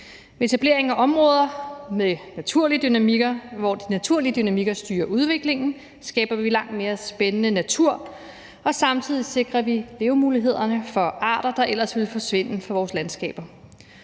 Med etableringen af områder med naturlige dynamikker, hvor de naturlige dynamikker styrer udviklingen, skaber vi langt mere spændende natur, og samtidig sikrer vi levemulighederne for arter, der ellers ville forsvinde fra vores landskaber.